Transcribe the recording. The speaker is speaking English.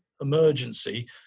Emergency